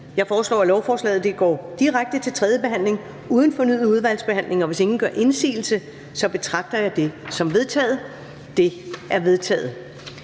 Så foreslår jeg, at lovforslaget går direkte til tredje behandling uden fornyet udvalgsbehandling. Og hvis ingen gør indsigelse, betragter jeg det som vedtaget. Det er vedtaget.